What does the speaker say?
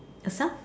yourself